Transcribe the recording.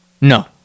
no